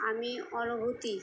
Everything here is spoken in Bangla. আমি অনুভূতি